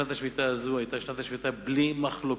שנת השמיטה הזו היתה שנת שמיטה בלי מחלוקות,